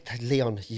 Leon